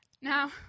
Now